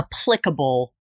applicable